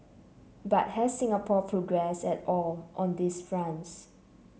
but has Singapore progressed at all on these fronts